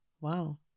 Wow